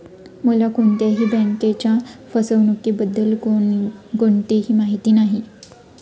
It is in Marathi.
मला कोणत्याही बँकेच्या फसवणुकीबद्दल कोणतीही माहिती नाही